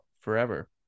forever